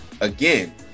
again